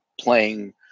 playing